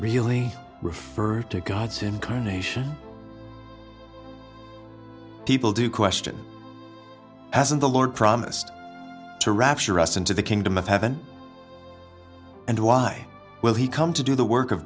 really referred to god's incarnation people do question as in the lord promised to rapture us into the kingdom of heaven and why will he come to do the work of